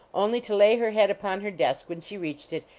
only to lay her head upon her desk when she reached it,